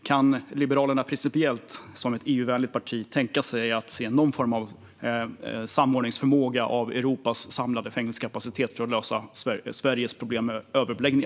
Kan Liberalerna principiellt, som ett EU-vänligt parti, tänka sig någon form av samordning av Europas samlade fängelsekapacitet för att lösa Sveriges problem med överbeläggning?